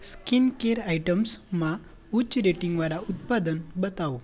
skincare આઇટમ્સમાં ઉચ્ચ રેટિંગવાળા ઉત્પાદન બતાવો